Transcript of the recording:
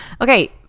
okay